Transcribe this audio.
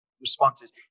responses